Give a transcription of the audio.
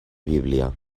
bíblia